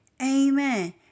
Amen